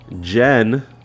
Jen